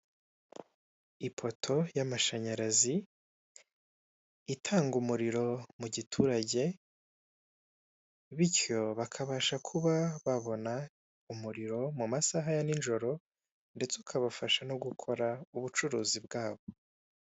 Ipoto y'amashanyarazi, itanga umuriro mu giturage, bityo bakabasha kuba babona umuriro mu masaha ya ninjoro, ndetse ukabafasha no gukora ubucuruzi bwabo.